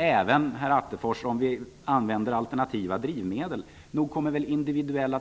Även om vi använder alternativa drivmedel, Kenneth Attefors, kommer man väl